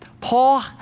Paul